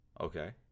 Okay